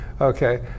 Okay